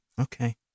Okay